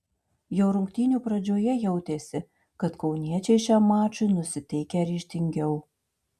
jau rungtynių pradžioje jautėsi kad kauniečiai šiam mačui nusiteikę ryžtingiau